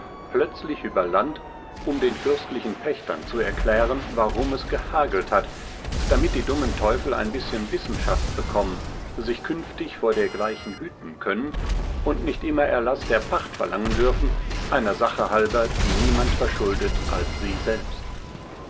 plötzlich über land um den fürstlichen pächtern zu erklären warum es gehagelt hat damit die dummen teufel ein bißchen wissenschaft bekommen sich künftig vor dergleichen hüten können und nicht immer erlaß der pacht verlangen dürfen einer sache halber die niemand verschuldet als sie selbst